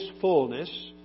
fullness